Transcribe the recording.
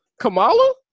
Kamala